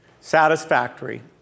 satisfactory